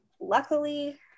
luckily